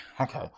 Okay